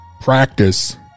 practice